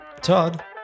Todd